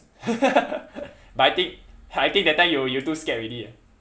but I think I think that time you you too scared already ah